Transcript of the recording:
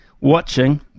watching